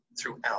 throughout